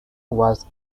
was